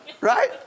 right